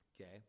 Okay